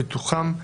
פיתוחם,